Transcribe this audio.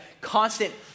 constant